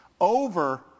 over